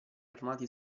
armati